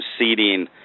seeding